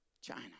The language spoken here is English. China